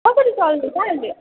कसरी चल्दैछ अहिले